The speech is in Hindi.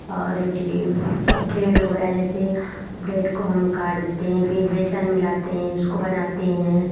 और इडली अब ब्रेड हो गया जैसे ब्रेड को हम काट देते हैं फिर बेसन मिलाते हैं उसको बनाते हैं